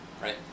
right